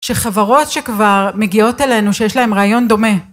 שחברות שכבר מגיעות אלינו שיש להם רעיון דומה.